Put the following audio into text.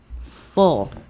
full